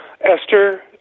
Esther